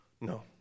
No